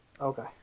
okay